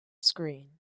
screen